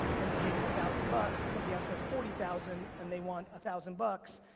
and you pay them a thousand bucks, and somebody else has forty thousand, and they want a thousand bucks,